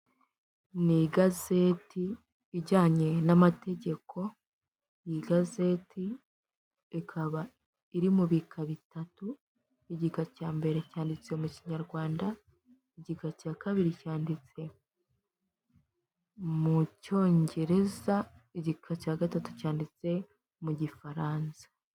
Ni igazeti ijyanye n'amategeko, n’igazeti ikaba iri mu bika bitatu, igika cya mbere cyanditse mu kinyarwanda, igika cya kabiri cyanditse mu cyongereza, igika cya gatatu cyanditse mu gifaransa.